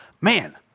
Man